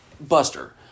Buster